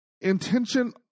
Intention